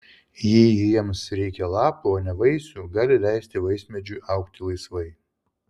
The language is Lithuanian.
jei jiems reikia lapų o ne vaisių gali leisti vaismedžiui augti laisvai